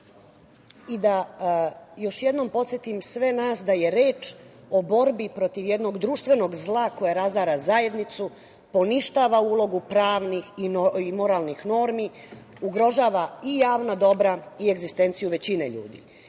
i da još jednom podsetim sve nas da je reč o borbi protiv jednog društvenog zla koje razara zajednicu, poništava ulogu pravnih i moralnih normi, ugrožava i javna dobra i egzistenciju većine